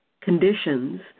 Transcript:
conditions